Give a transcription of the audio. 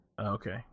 okay